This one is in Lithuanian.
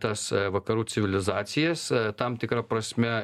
tas vakarų civilizacijas tam tikra prasme